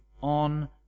on